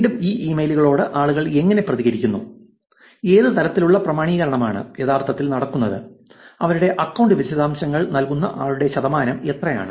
വീണ്ടും ഈ ഇമെയിലുകളോട് ആളുകൾ എങ്ങനെ പ്രതികരിക്കുന്നു ഏത് തലത്തിലുള്ള പ്രാമാണീകരണമാണ് യഥാർത്ഥത്തിൽ നടക്കുന്നത് അവരുടെ അക്കൌണ്ട് വിശദാംശങ്ങൾ നൽകുന്ന ആളുകളുടെ ശതമാനം എത്രയാണ്